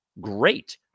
great